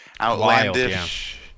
outlandish